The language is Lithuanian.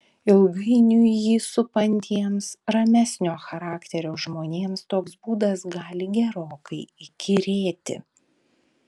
ilgainiui jį supantiems ramesnio charakterio žmonėms toks būdas gali gerokai įkyrėti